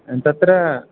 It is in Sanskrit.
तत्र